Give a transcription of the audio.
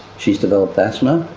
she's developed asthma.